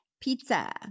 Pizza